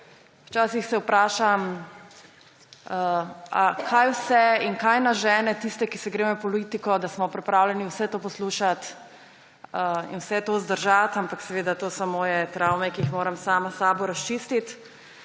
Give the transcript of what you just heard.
Včasih se vprašam, kaj vse in kaj nas žene tiste, ki se gremo politiko, da smo pripravljeni vse to poslušati in vse to zdržati, ampak to so seveda moje travme, ki jih moram sama s sabo razčistiti.